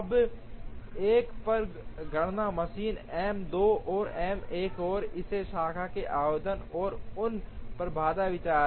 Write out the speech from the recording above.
अब एक पर गणना मशीनें एम 2 और एम 1 और इस शाखा के आवेदन और उन पर बाध्य विचार